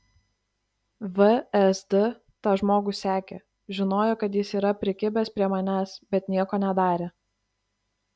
vsd tą žmogų sekė žinojo kad jis yra prikibęs prie manęs bet nieko nedarė